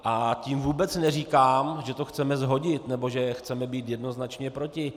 A tím vůbec neříkám, že to chceme shodit nebo že chceme být jednoznačně proti.